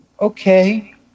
okay